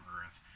Earth